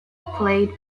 played